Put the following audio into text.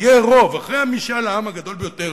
יהיה רוב אחרי משאל העם הגדול ביותר